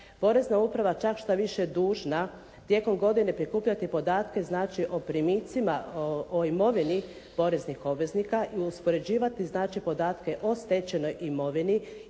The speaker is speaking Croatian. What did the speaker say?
Porezna uprava čak šta više dužna tijekom godine prikupljati podatke, znači o imovini poreznih obveznika i uspoređivati podatke o stečenoj imovini